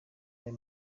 ayo